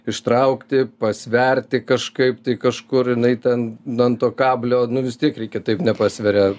ištraukti pasverti kažkaip tai kažkur jinai ten ant to kablio nu vis tiek reikia taip nepasveria